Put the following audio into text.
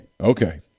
Okay